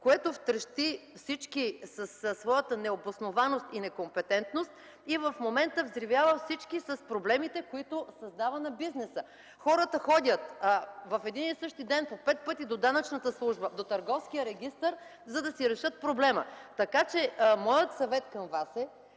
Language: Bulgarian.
То втрещи всички със своята необоснованост и некомпетентност и в момента взривява всички с проблемите, които създава на бизнеса. Хората ходят в един и същи ден по пет пъти до данъчната служба и Търговския регистър, за да си решат проблема. Моят съвет към Вас е